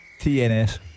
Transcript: TNS